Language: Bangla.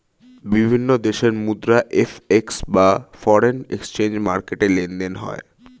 বিভিন্ন দেশের মুদ্রা এফ.এক্স বা ফরেন এক্সচেঞ্জ মার্কেটে লেনদেন হয়